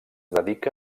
dedica